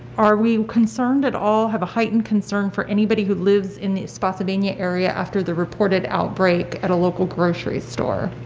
are we concerned at all, have a heightened concern for anybody who lives in the spotsylvania area after the reported outbreak at a local grocery store?